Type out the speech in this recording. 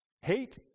Hate